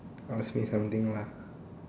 ask me something lah